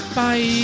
Bye